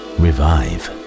revive